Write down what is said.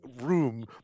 room